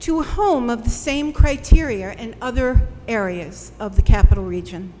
to home of the same criteria and other areas of the capital region